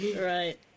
Right